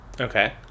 Okay